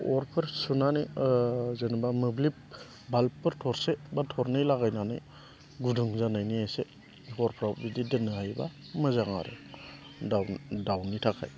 अरफोर सुनानै जेनेबा मोब्लिब बाल्बफोर थरसे बा थरनै लागायनानै गुदुं जानायनि इसे हरफोराव बिदि दोननो हायोबा मोजां आरो दाउनि थाखाय